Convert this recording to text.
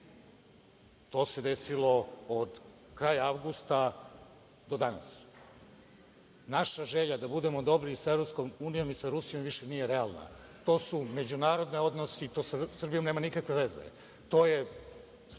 To se desilo od kraja avgusta do danas. Naša želja da budemo dobri sa Evropskom unijom i sa Rusijom više nije realna. To su međunarodni odnosi, to sa Srbijom nema nikakve veze.